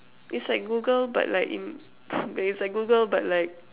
it's like Google but like in it's like Google but like